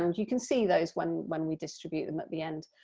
and you can see those when when we distribute them at the end,